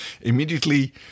immediately